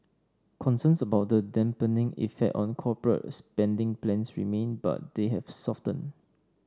concerns about the dampening effect on corporate spending plans remain but they have softened